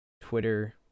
Twitter